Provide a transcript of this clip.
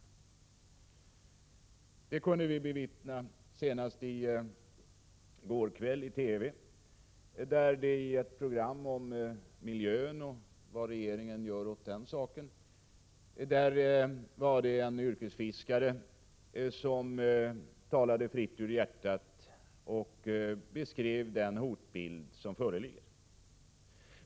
Detta kunde vi bevittna senast i går kväll i ett TV-program, som handlade om miljön och vad regeringen gör åt den. I programmet talade — Prot. 1986/87:54 en yrkesfiskare fritt ur hjärtat och beskrev den hotbild som föreligger.